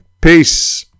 peace